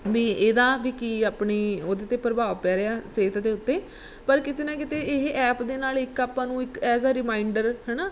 ਵੀ ਇਹਦਾ ਵੀ ਕੀ ਆਪਣੀ ਉਹਦੇ 'ਤੇ ਪ੍ਰਭਾਵ ਪੈ ਰਿਹਾ ਸਿਹਤ ਦੇ ਉੱਤੇ ਪਰ ਕਿਤੇ ਨਾ ਕਿਤੇ ਇਹ ਐਪ ਦੇ ਨਾਲ ਇੱਕ ਆਪਾਂ ਨੂੰ ਇੱਕ ਐਜ਼ ਅ ਰੀਮਾਈਂਡਰ ਹੈ ਨਾ